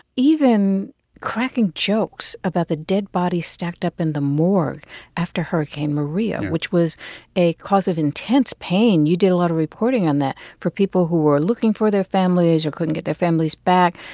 even cracking jokes about the dead bodies stacked up in the morgue after hurricane maria. yeah. which was a cause of intense pain. you did a lot of reporting on that for people who were looking for their families or couldn't get their families back.